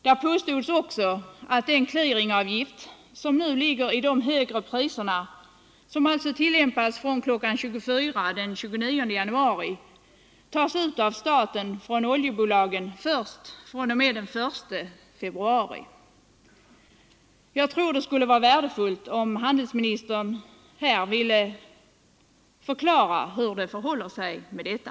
Där påstods också att den clearingavgift som nu ligger i de högre priserna och som alltså tillämpas från kl. 24.00 den 29 januari tas ut av staten från oljebolagen först fr.o.m. den 1 februari. Jag tror det skulle vara värdefullt om handelsministern ville förklara hur det förhåller sig härmed.